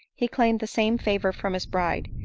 he claimed the same favor from his bride,